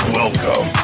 welcome